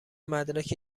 مدرک